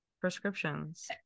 prescriptions